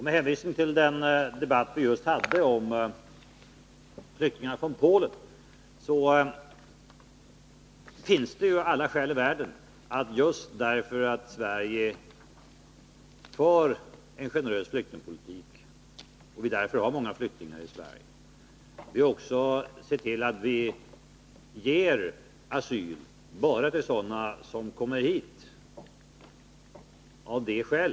Med hänvisning till den debatt vi nyss hade om flyktingarna från Polen finns det alla skäl i världen att vi ser till att vi beviljar asyl bara när det gäller människor som kommer hit av politiska skäl.